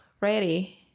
ready